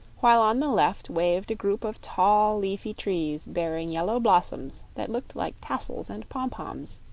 while on the left waved a group of tall leafy trees bearing yellow blossoms that looked like tassels and pompoms.